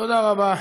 תודה רבה.